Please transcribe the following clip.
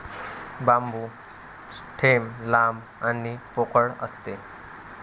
बांबू stem लांब आणि पोकळ असते